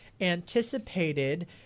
anticipated